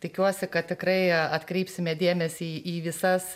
tikiuosi kad tikrai atkreipsime dėmesį į visas